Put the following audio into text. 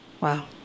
Wow